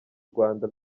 rwanda